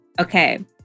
Okay